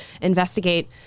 investigate